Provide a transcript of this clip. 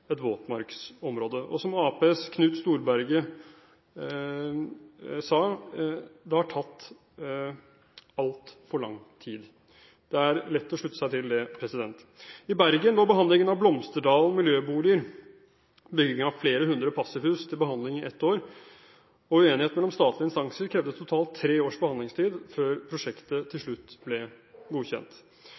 et våtmarksområde. Som Arbeiderpartiets Knut Storberget sa: Det har tatt altfor lang tid. Det er lett å slutte seg til det. I Bergen var Blomsterdalen miljøboliger, byggingen av flere hundre passivhus, til behandling i ett år. Uenighet mellom statlige instanser krevde totalt tre års behandlingstid før prosjektet til slutt ble godkjent.